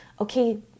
Okay